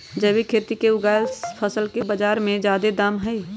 जैविक खेती से उगायल फसल के बाजार में जादे दाम हई